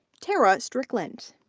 tara strickland.